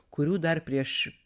kurių dar prieš